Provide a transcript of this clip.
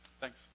Thanks